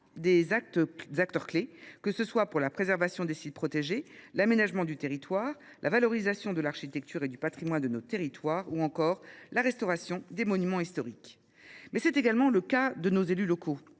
des acteurs clés tant pour ce qui concerne la préservation des sites protégés, l’aménagement du territoire, la valorisation de l’architecture et du patrimoine de nos territoires que pour la restauration des monuments historiques. Il en est toutefois de même de nos élus locaux,